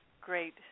great